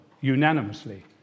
unanimously